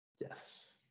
Yes